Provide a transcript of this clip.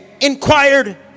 inquired